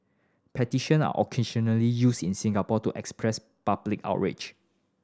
petition are occasionally used in Singapore to express public outrage